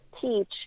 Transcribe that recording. teach